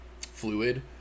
fluid